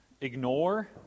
ignore